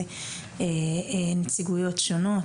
ונציגויות שונות,